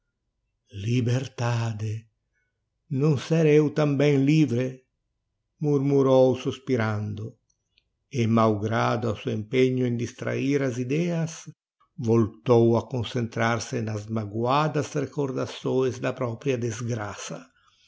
liberdade não ser eu também livre murmurou suspirando e mau grado o seu empenho em distrahir as idéas voltou a concentrar-se nas maguadas recordações da propria desgraça